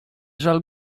żal